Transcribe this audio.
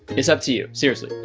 it's up to you. seriously.